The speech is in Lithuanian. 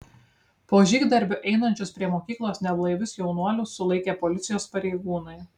po žygdarbio einančius prie mokyklos neblaivius jaunuolius sulaikė policijos pareigūnai